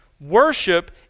Worship